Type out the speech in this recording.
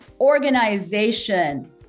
Organization